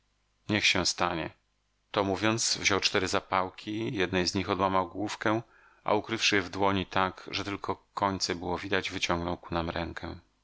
niech się stanie to mówiąc wziął cztery zapałki jednej z nich odłamał główkę a ukrywszy je w dłoni tak że tylko końce było widać wyciągnął ku nam rękę